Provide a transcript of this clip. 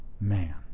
man